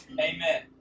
Amen